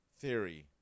theory